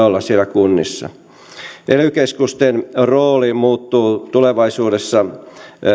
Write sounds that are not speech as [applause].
[unintelligible] olla siellä kunnissa ely keskusten rooli muuttuu tulevaisuudessa